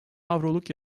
avroluk